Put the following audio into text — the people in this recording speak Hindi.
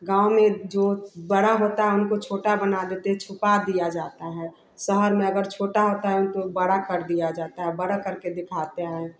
गाँव में जो बड़ा होता है उनको छोटा देते हैं छुपा दिया जाता है शहर में अगर छोटा होता है तो बड़ा कर दिया जाता है बड़ा करके दिखाते है